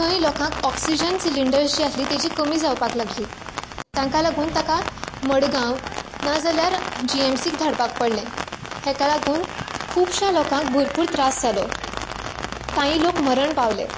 थंय लोकांक oxygens cylinder जे आसले तेजी कमी जावपाक लागली तांकां लागून तांकां मडगांव नाजाल्यार जिएमसींत धाडपाक पडलें हेका लागून खुबशे लोकांक भरपूर त्रास जालो कांही लोक मरण पावले